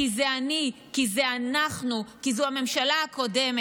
כי זה אני, כי זה אנחנו, כי זו הממשלה הקודמת.